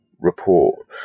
report